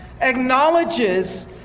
acknowledges